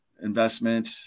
investment